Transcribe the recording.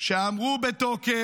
הם אמרו בתוקף,